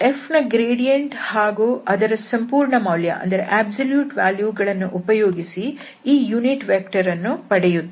f ನ gradient ಹಾಗೂ ಅದರ ಸಂಪೂರ್ಣ ಮೌಲ್ಯ ಗಳನ್ನು ಉಪಯೋಗಿಸಿ ಈ ಏಕಾಂಶ ಸದಿಶ ವನ್ನು ಪಡೆಯುತ್ತೇವೆ